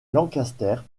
lancaster